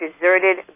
deserted